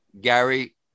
Gary